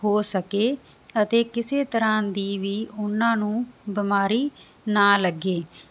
ਹੋ ਸਕੇ ਅਤੇ ਕਿਸੇ ਤਰ੍ਹਾਂ ਦੀ ਵੀ ਉਹਨਾਂ ਨੂੰ ਬਿਮਾਰੀ ਨਾ ਲੱਗੇ